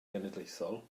genedlaethol